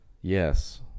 Yes